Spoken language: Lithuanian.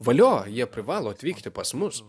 valio jie privalo atvykti pas mus